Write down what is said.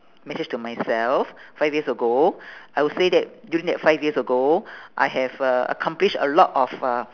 message to myself five years ago I would say that during that five years ago I have a~ accomplish a lot of uh